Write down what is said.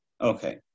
Okay